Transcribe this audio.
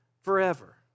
forever